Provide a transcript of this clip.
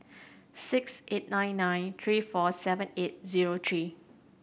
six eight nine nine three four seven eight zero three